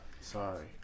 Sorry